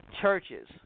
churches